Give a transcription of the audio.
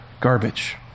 garbage